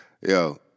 Yo